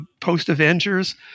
post-Avengers